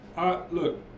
look